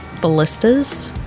ballistas